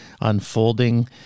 unfolding